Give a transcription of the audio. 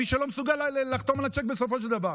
את מי שלא מסוגל לחתום על הצ'ק בסופו של דבר.